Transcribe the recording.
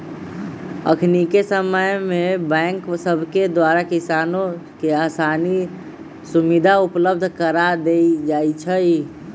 अखनिके समय में बैंक सभके द्वारा किसानों के असानी से सुभीधा उपलब्ध करा देल जाइ छइ